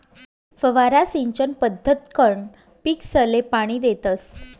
फवारा सिंचन पद्धतकंन पीकसले पाणी देतस